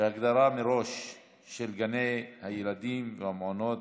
בהגדרה מראש של גני הילדים ומעונות